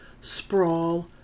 sprawl